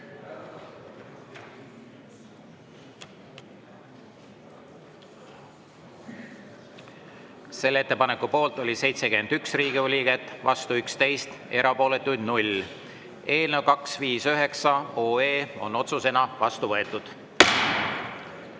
Selle ettepaneku poolt oli 71 Riigikogu liiget, vastu 11, erapooletuid 0. Eelnõu 259 on otsusena vastu võetud.